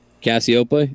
Cassiope